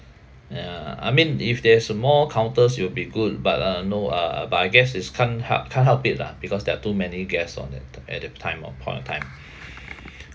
ya I mean if there's a more counters it will be good but uh no uh uh but I guess it's can't help can't help it lah because there are too many guests on that t~ at that time of point of time